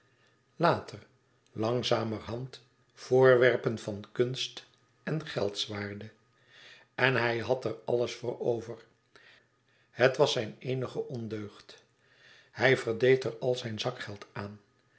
later langzamerhand voorwerpen van kunst en geldswaarde en hij had er alles voor over het was zijn eenige ondeugd hij verdeed er al zijn zakgeld aan